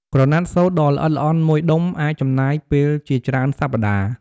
ក្រណាត់សូត្រដ៏ល្អិតល្អន់មួយដុំអាចចំណាយពេលជាច្រើនសប្តាហ៍ ។